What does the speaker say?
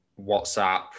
WhatsApp